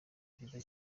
byiza